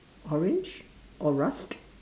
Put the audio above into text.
orange or rust